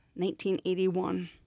1981